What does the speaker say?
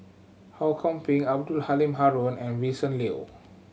Ho Kwon Ping Abdul Halim Haron and Vincent Leow